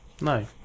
No